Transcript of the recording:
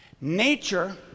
Nature